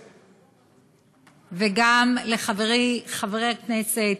וגם לחברי חברי הכנסת,